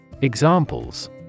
examples